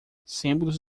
símbolos